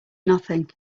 nothing